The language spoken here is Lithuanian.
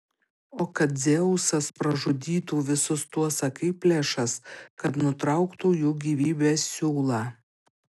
o kad dzeusas pražudytų visus tuos akiplėšas kad nutrauktų jų gyvybės siūlą